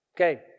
Okay